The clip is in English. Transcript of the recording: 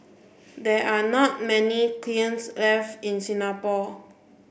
there are not many kilns left in Singapore